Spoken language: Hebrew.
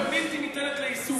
ובלתי ניתנת ליישום.